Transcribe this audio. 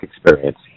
experience